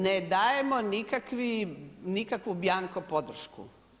Ne dajemo nikakvu bjanko podršku.